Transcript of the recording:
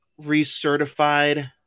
recertified